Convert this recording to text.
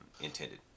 intended